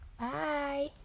Bye